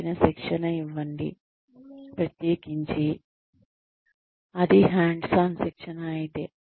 తగిన శిక్షణ ఇవ్వండి ప్రత్యేకించి అది హాండ్స్ ఆన్ శిక్షణ ఆయితే